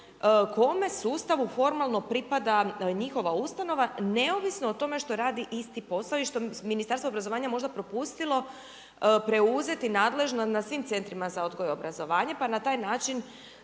kojem sustavu formalno pripada njihova ustanova, neovisno o tome što radi isti posao i što Ministarstvo obrazovanja možda propustilo preuzeti nadležnost nad svim centrima za odgoj i obrazovanje pa na taj način